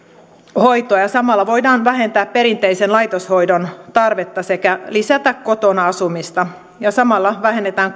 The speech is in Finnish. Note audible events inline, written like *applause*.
perhehoitoa ja samalla voidaan vähentää perinteisen laitoshoidon tarvetta sekä lisätä kotona asumista ja samalla vähennetään *unintelligible*